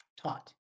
taught